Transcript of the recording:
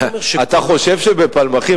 אתה חושב שבפלמחים,